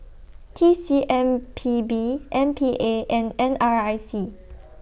T C M P B M P A and N R I C